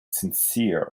sincere